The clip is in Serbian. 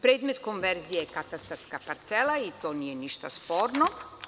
Predmet konverzije je katastarska parcela, i to nije ništa sporno.